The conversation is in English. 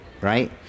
right